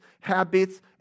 habits